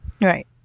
Right